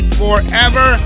forever